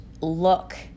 look